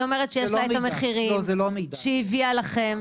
היא אומרת שיש לה את המחירים ושהיא הביאה לכם.